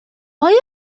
آیا